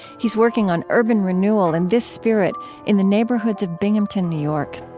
he's working on urban renewal in this spirit in the neighborhoods of binghamton, new york.